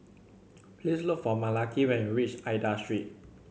please look for Malaki when you reach Aida Street